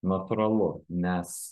natūralu nes